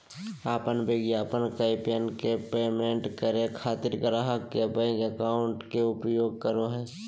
अपन विज्ञापन कैंपेन के पेमेंट करे खातिर ग्राहक के बैंक अकाउंट के उपयोग करो हइ